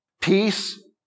Peace